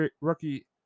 rookie